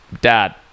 Dad